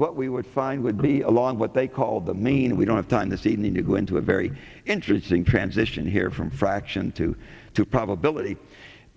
what we would find would be a lot of what they call the main we don't have time to see need to go into a very interesting transition here from fraction two to probability